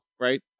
right